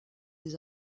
les